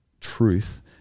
truth